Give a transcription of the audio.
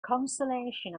consolation